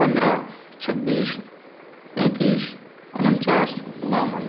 पंद्रह छब्बीस पैंतीस उनचास बावन